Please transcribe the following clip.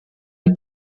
die